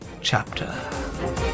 chapter